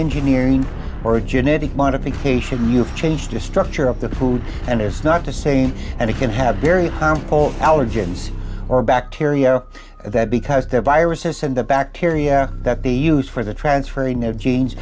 engineering or a genetic modification you've changed the structure of the food and it's not the same and it can have very harmful allergens or bacteria that because they're viruses and the bacteria that they use for the transferring of genes